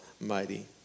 Mighty